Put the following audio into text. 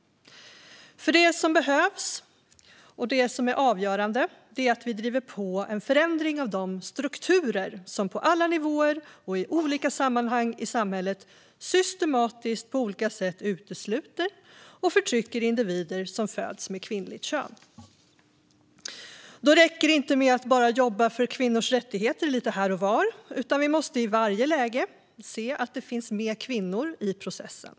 Det som behövs och det som är avgörande är nämligen att vi driver på en förändring av de strukturer som på alla nivåer och i olika sammanhang i samhället systematiskt på olika sätt utesluter och förtrycker individer som föds med kvinnligt kön. Då räcker det inte med att bara jobba för kvinnors rättigheter lite här och var, utan vi måste i varje läge se till att det finns kvinnor med i processen.